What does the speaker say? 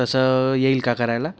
तसं येईल का करायला